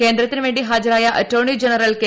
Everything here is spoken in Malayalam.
കേന്ദ്രത്തിന് വേണ്ടി ഹാജരായ അറ്റോർണി ജനറൽ കെ